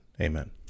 Amen